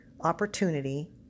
opportunity